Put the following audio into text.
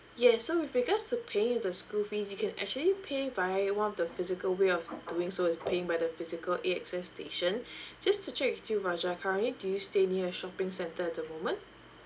yes so with regards to paying of the school fees you can actually pay via one of the physical way of doing so is paying by the physical A_X_S station just to check with you fajar currently do you stay near a shopping centre at the moment